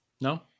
No